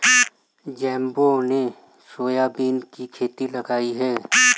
जम्बो ने सोयाबीन की खेती लगाई है